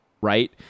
right